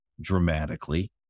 dramatically